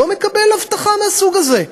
לא מקבל הבטחה מהסוג הזה.